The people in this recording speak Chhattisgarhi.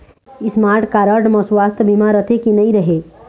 स्मार्ट कारड म सुवास्थ बीमा रथे की नई रहे?